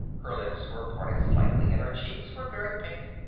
her lips were parted slightly, and her cheeks were very pink.